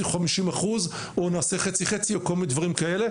50% או נעשה חצי-חצי או כל מיני דברים כאלה.